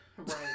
Right